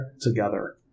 together